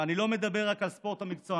ואני לא מדבר רק על הספורט המקצועני,